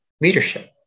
leadership